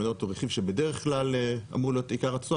המניות הוא רכיב שבדרך כלל אמור להיות עיקר התשואה